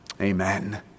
Amen